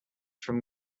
from